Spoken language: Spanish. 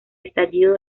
estallido